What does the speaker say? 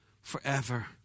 forever